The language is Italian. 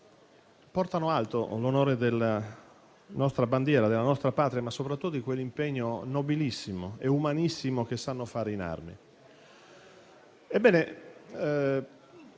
portano alto l'onore della nostra bandiera, della nostra Patria, ma soprattutto di quell'impegno nobilissimo e umanissimo che sanno assolvere in armi. Ebbene,